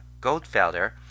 Goldfelder